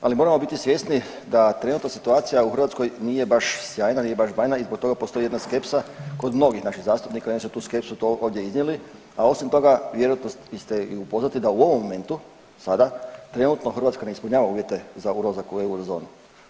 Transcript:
Ali moramo biti svjesni da trenutna situacija u Hrvatskoj nije baš sjajna, nije baš bajna i zbog toga postoji jedna skepsa kod mnogih naših zastupnika i oni su skepsu to ovdje iznijeli, a osim toga vjerojatno ste i upoznati da u ovom momentu sada trenutno Hrvatska ne ispunjava uvjete za ulazak u eurozonu.